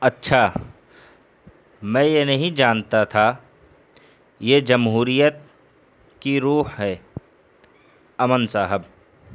اَچّھا میں یہ نہیں جانتا تھا یہ جمہوریت کی روح ہے امن صاحب